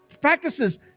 practices